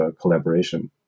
collaboration